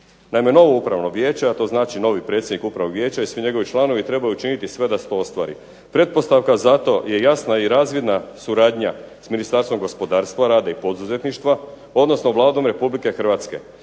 Naime novo upravno vijeće, a to znači novi predsjednik upravnog vijeća i svi njegovi članovi trebaju učiniti sve da se to ostvari. Pretpostavka za to je jasna i razvidna suradnja s Ministarstvom gospodarstva, rada i poduzetništva odnosno Vladom Republike Hrvatske.